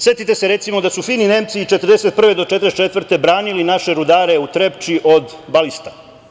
Setite se, recimo, da su fini Nemci 1941. do 1944. godine branili naše rudare u Trepči od balista.